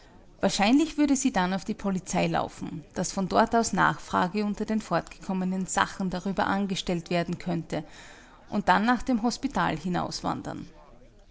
wahrscheinlich würde sie dann auf die polizei laufen daß von dort aus nachfrage unter den fortgekommenen sachen darüber angestellt werden könnte und dann nach dem hospital hinaus